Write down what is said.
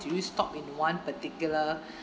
do you stop in one particular